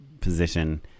position